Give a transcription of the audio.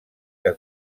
que